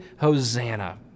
Hosanna